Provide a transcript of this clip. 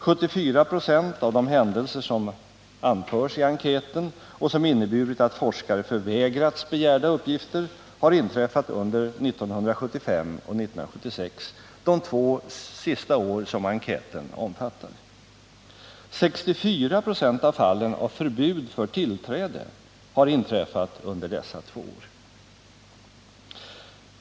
74 26 av de händelser som anförs i enkäten och som inneburit att forskare förvägrats begärda uppgifter har inträffat under 1975 och 1976, de två sista åren som enkäten omfattar. 64 2» av fallen av förbud mot tillträde har inträffat under dessa två år.